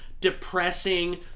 depressing